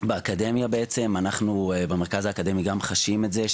באקדמיה בעצם אנחנו במרכז האקדמי גם חשים את זה,